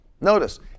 Notice